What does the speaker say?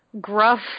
gruff